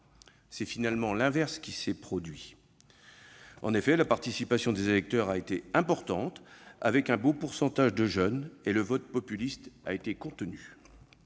C'est finalement l'inverse qui s'est produit. La participation des électeurs a été importante, avec un beau pourcentage de jeunes, et le vote populiste a été contenu.